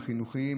החינוכיים,